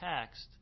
text